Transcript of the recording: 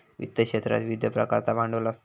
वित्त क्षेत्रात विविध प्रकारचा भांडवल असता